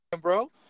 bro